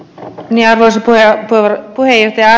kenialaiset pojat torkkuihin jää